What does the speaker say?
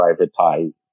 privatize